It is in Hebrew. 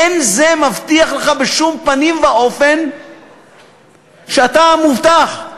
אין זה מבטיח לך בשום פנים ואופן שאתה מובטח.